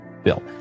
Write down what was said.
bill